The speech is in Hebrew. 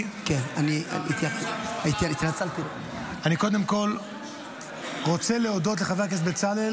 אני קודם כול רוצה להודות לחבר הכנסת בצלאל